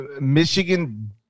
Michigan